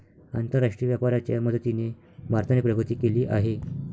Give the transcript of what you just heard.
आंतरराष्ट्रीय व्यापाराच्या मदतीने भारताने प्रगती केली आहे